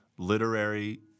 literary